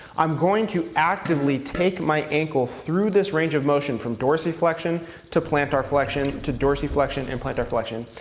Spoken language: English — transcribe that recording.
i'm going to actively take my ankle through this range of motion, from dorsiflexion to plantar flexion, to dorsiflexion and plantar flexion.